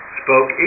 spoke